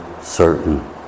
certain